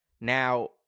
Now